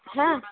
হ্যাঁ